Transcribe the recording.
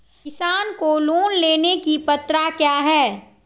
किसान को लोन लेने की पत्रा क्या है?